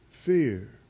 Fear